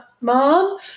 mom